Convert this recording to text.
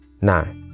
now